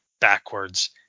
backwards